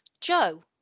Joe